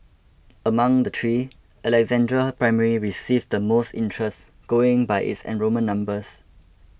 among the three Alexandra Primary received the most interest going by its enrolment numbers